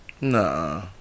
Nah